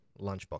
lunchbox